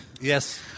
Yes